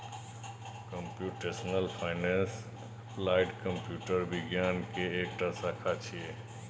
computational finance applied computer विज्ञान के एकटा शाखा छियै